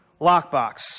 lockbox